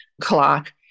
clock